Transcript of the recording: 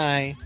Bye